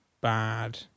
bad